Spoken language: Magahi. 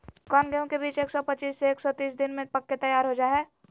कौन गेंहू के बीज एक सौ पच्चीस से एक सौ तीस दिन में पक के तैयार हो जा हाय?